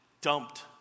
dumped